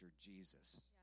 Jesus